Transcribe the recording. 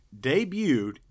debuted